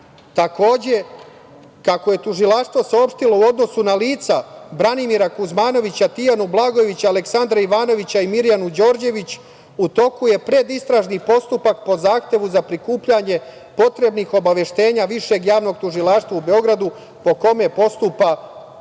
toku. Takođe, kako je Tužilaštvo saopštilo, u odnosu na lica Branimira Kuzmanovića, Tijanu Blagojević, Aleksandra Ivanovića i Mirjanu Đorđević, u toku je predistražni postupak po zahtevu za prikupljanje potrebnih obaveštenja Višeg javnog tužilaštva u Beogradu, po kome postupa Prvo